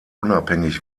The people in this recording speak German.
unabhängig